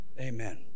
amen